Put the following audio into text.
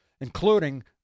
including